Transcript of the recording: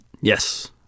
Yes